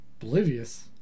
oblivious